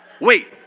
wait